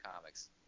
comics